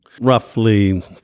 roughly